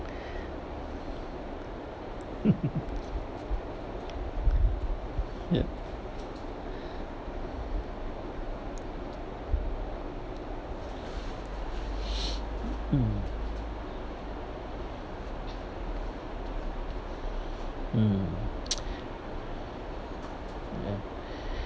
yeah mm mm yeah